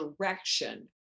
direction